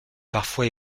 parfois